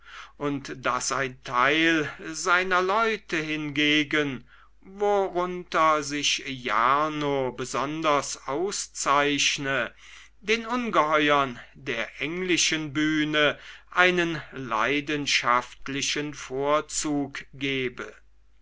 habe daß ein teil seiner leute hingegen worunter sich jarno besonders auszeichnete den ungeheuern der englischen bühne einen leidenschaftlichen vorzug gebe